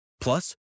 Plus